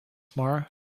tomorrow